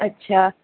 ਅੱਛਾ